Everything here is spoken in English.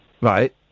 Right